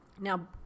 Now